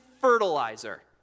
fertilizer